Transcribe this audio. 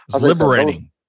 liberating